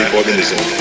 organism